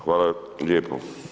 Hvala lijepo.